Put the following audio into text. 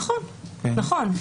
נכון, נכון.